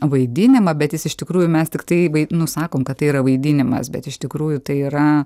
vaidinimą bet jis iš tikrųjų mes tiktai vai nu sakom kad tai yra vaidinimas bet iš tikrųjų tai yra